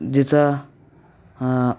जिचा